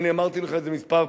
ואני אמרתי לך את זה כמה פעמים: